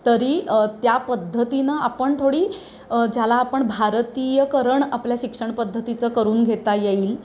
तरी त्या पद्धतीनं आपण थोडी ज्याला आपण भारतीयकरण आपल्या शिक्षण पद्धतीचं करून घेता येईल